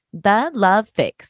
thelovefix